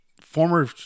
former